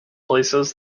places